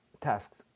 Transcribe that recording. tasks